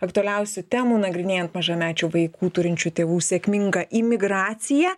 aktualiausių temų nagrinėjant mažamečių vaikų turinčių tėvų sėkmingą imigraciją